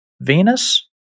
Venus